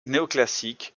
néoclassique